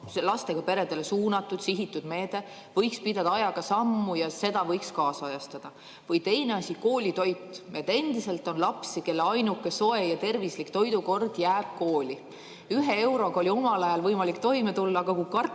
lastega peredele suunatud sihitud meede võiks pidada ajaga sammu ja seda võiks kaasajastada. Või teine asi, koolitoit – endiselt on lapsi, kelle ainuke soe ja tervislik toidukord on koolis. Ühe euroga oli omal ajal võimalik toime tulla, aga kui kartuli